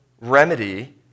remedy